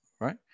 right